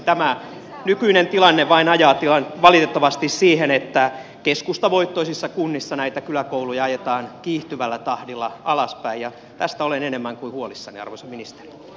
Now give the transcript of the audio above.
tämä nykyinen tilanne vain ajaa valitettavasti siihen että keskustavoittoisissa kunnissa näitä kyläkouluja ajetaan kiihtyvällä tahdilla alas ja tästä olen enemmän kuin huolissani arvoisa ministeri